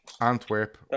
Antwerp